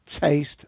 taste